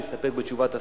להסתפק בתשובת השר?